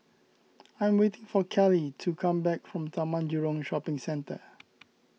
I am waiting for Cali to come back from Taman Jurong Shopping Centre